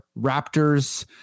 Raptors